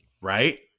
right